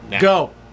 Go